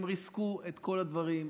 הם ריסקו את כל הדברים.